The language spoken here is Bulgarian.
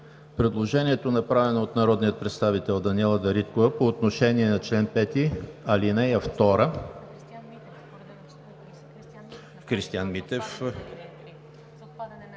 предложението, направено от народния представител Даниела Дариткова по отношение на чл. 5, ал. 2. (Реплика от